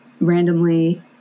Randomly